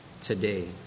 today